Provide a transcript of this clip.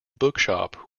bookshop